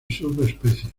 subespecies